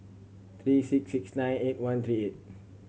three six six nine eight one three eight